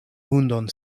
hundon